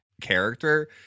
character